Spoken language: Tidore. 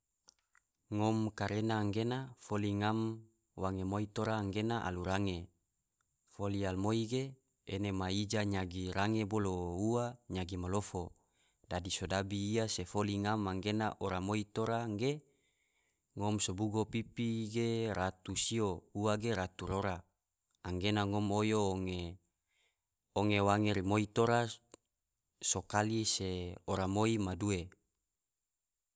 Ngom karena gena foli ngam wange moi tora alu range, foli alumoi ge ena ma ija nyagi range bolo ua nyagi malofo, dadi sodabi iya se foli ngam anggena ora moi tora ge ngom sobugo pipi ge ratu sio ua ge ratu rora, anggena ngom oyo onge wange rimoi tora so kali se ora moi ma due.